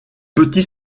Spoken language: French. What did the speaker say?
petit